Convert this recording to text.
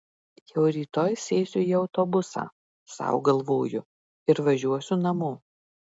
jau rytoj sėsiu į autobusą sau galvoju ir važiuosiu namo